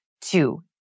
Two